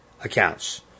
accounts